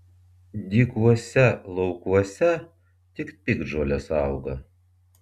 dykuose laukuose tik piktžolės auga